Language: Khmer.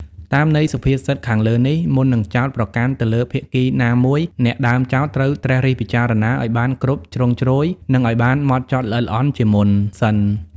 តាមន័យសុភាសិតខាងលើនេះ មុននឹងចោទប្រកាន់ទៅលើភាគីណាមួយ អ្នកដើមចោទត្រូវត្រិះរិះពិចារណាឲ្យបានគ្រប់ជ្រុងជ្រោយ និងឲ្យបានហ្មត់ចត់ល្អិតល្អន់ជាមុនសិន ។